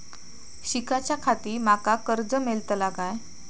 शिकाच्याखाती माका कर्ज मेलतळा काय?